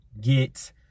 get